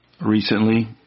recently